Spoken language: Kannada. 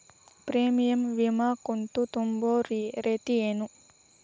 ಪ್ರೇಮಿಯಂ ವಿಮಾ ಕಂತು ತುಂಬೋ ರೇತಿ ಏನು?